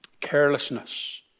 carelessness